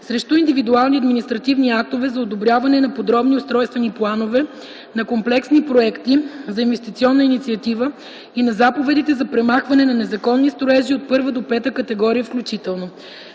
срещу индивидуални административни актове за одобряване на подробни устройствени планове, на комплексни проекти за инвестиционна инициатива и на заповедите за премахване на незаконни строежи от първа до пета категория включително.